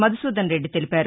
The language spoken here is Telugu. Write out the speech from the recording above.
మధుసూదన్ రెడ్డి తెలిపారు